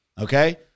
Okay